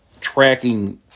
tracking